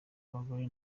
abagore